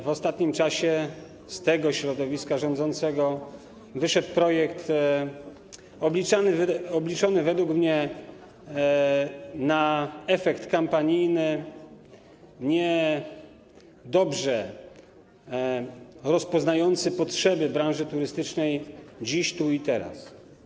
W ostatnim czasie ze środowiska rządzących wyszedł projekt obliczony według mnie na efekt kampanijny, niedobrze rozpoznający potrzeby branży turystycznej dziś, tu i teraz.